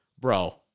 bro